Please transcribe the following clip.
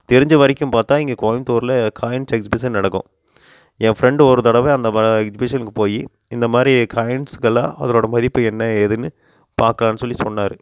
தெரிஞ்ச வரைக்கும் பார்த்தா இங்கே கோயம்புத்தூரில் காயின்ஸ் எக்ஸ்பிஷன் நடக்கும் என் ஃப்ரெண்டு ஒரு தடவை அந்த எக்ஸ்பிஷனுக்கு போய் இந்த மாதிரி காயின்ஸுக்கெல்லாம் அதோடய மதிப்பு என்ன ஏதுன்னு பார்க்கலான்னு சொல்லி சொன்னாரு